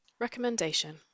Recommendation